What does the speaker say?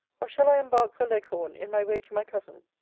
or shall i embark for leghorn in my way to my cousin?